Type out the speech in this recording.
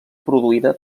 produïda